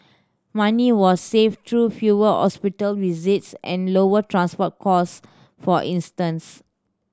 money were saved through fewer hospital visits and lower transport costs for instance